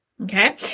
okay